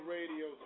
Radio